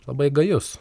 labai gajus